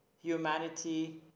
humanity